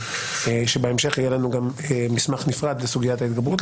שבהמשך יהיה לנו מסמך נפרד לסוגיית ההתגברות,